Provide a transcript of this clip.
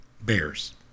bears